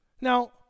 Now